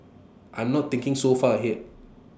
I'm not thinking so far ahead